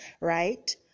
right